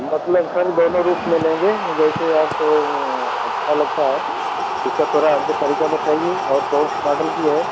मतलब सर दोनों रूप में लेंगे जैसे आपको अच्छा लगता है उसका थोड़ा हमको तरीक़ा बताइए और कौन से माडल की है